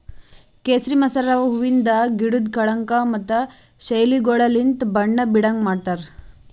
ಕೇಸರಿ ಮಸಾಲೆ ಹೂವಿಂದ್ ಗಿಡುದ್ ಕಳಂಕ ಮತ್ತ ಶೈಲಿಗೊಳಲಿಂತ್ ಬಣ್ಣ ಬೀಡಂಗ್ ಮಾಡ್ತಾರ್